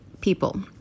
people